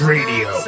Radio